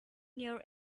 near